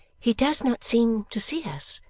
he does not seem to see us.